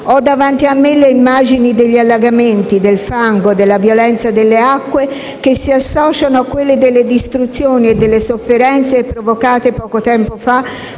Ho davanti a me le immagini degli allagamenti, del fango, della violenza delle acque, che si associano a quelle delle distruzioni e delle sofferenze provocate poco tempo fa